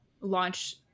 launch